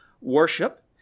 worship